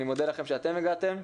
אני מודה לכם שאתם הגעתם.